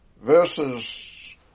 verses